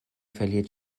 verliert